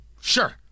Sure